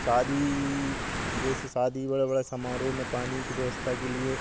शादी जैसे शादी बड़े बड़े समारोह में पानी की व्यवस्था के लिए